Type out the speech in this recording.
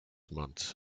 months